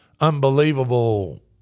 unbelievable –